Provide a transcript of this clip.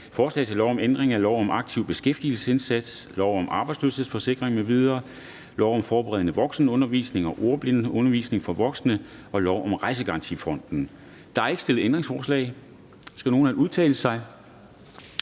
Forslag til lov om ændring af lov om en aktiv beskæftigelsesindsats, lov om arbejdsløshedsforsikring m.v., lov om forberedende voksenundervisning og ordblindeundervisning for voksne og lov om en rejsegarantifond. (Justeret uddannelsesløft, udvidet adgang til